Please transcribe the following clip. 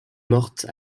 morte